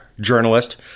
journalist